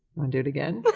wanna do it again? but